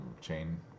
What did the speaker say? chain